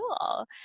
Cool